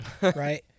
right